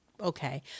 okay